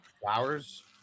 Flowers